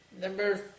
Number